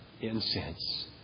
incense